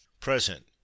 present